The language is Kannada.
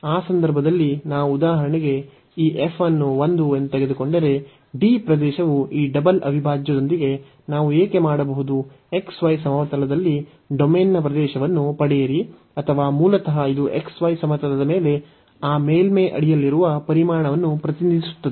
ಆ ಸಂದರ್ಭದಲ್ಲಿ ನಾವು ಉದಾಹರಣೆಗೆ ಈ f ಅನ್ನು 1 ಎಂದು ತೆಗೆದುಕೊಂಡರೆ D ಪ್ರದೇಶವು ಈ ಡಬಲ್ ಅವಿಭಾಜ್ಯದೊಂದಿಗೆ ನಾವು ಏಕೆ ಮಾಡಬಹುದು xy ಸಮತಲದಲ್ಲಿ ಡೊಮೇನ್ನ ಪ್ರದೇಶವನ್ನು ಪಡೆಯಿರಿ ಅಥವಾ ಮೂಲತಃ ಇದು xy ಸಮತಲದ ಮೇಲೆ ಆ ಮೇಲ್ಮೈ ಅಡಿಯಲ್ಲಿರುವ ಪರಿಮಾಣವನ್ನು ಪ್ರತಿನಿಧಿಸುತ್ತದೆ